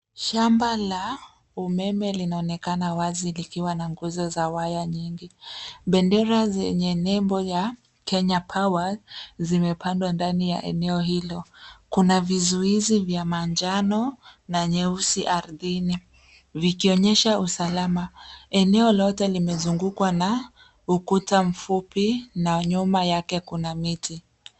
Shamba la umeme linaonekana wazi likiwa na nguzo za wanya nyingi. Bendera zenye nembo ya Kenya Power zimepandwa ndani ya eneo hilo. Kuna vizuizi vya manjano na nyeusi ardhini, vikionyesha usalama. Eneo lote limezungukwa na ukuta mfupi na nyuma yake kuna miti.